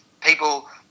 people